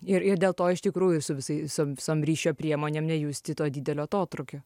ir ir dėl to iš tikrųjų su visai visom visom ryšio priemonėm nejusti to didelio atotrūkio